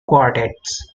quartets